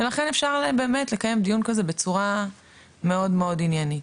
ולכן אפשר באמת לקיים דיון כזה בצורה מאד עניינית.